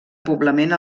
poblament